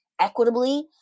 equitably